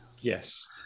Yes